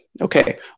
Okay